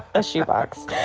a shoe box